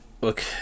look